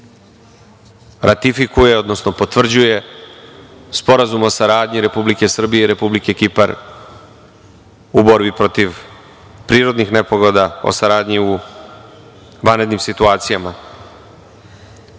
ratifikuje, odnosno potvrđuje sporazum o saradnji Republike Srbije i Republike Kipar u borbi protiv prirodnih nepogoda o saradnji u vanrednim situacijama. Uvaženi